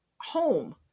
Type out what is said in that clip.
home